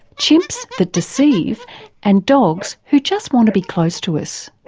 chimps that deceive and dogs who just want to be close to us.